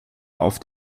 auf